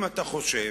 אם אתה חושב,